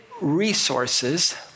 resources